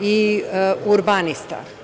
i urbanista.